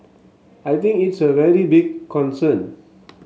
I think it's a very big concern